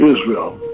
Israel